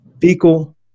fecal